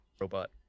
Robot